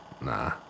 Nah